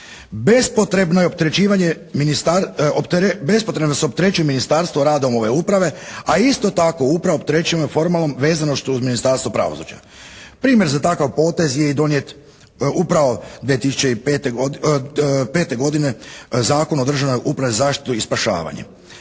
Bespotrebno se opterećuje Ministarstvo rada ove uprave, a isto tako upravu opterećujemo formalnom vezanošću uz Ministarstvo pravosuđa. Primjer za takav potez je i donijet upravo 2005. godine Zakon o državnoj upravi za zaštitu i spašavanje.